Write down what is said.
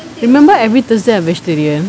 you remember every thursday I wished to do